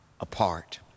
apart